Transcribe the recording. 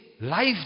life